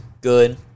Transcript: good